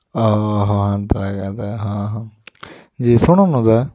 ଅ ହ ହେନ୍ତା କେଁ ଦା ହଁ ହଁ ଯେ ଶୁଣ ନୁ ଦା